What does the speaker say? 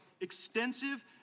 extensive